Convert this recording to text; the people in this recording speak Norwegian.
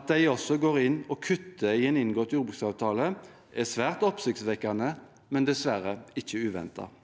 At de også går inn og kutter i en inngått jordbruksavtale, er svært oppsiktsvekkende, men dessverre ikke uventet.